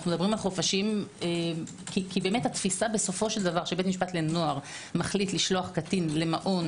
מדובר בחופשים כי התפיסה שבית משפט לנוער מחליט לשלוח קטין למעון